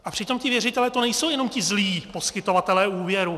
A přitom ti věřitelé to nejsou jenom ti zlí poskytovatelé úvěrů.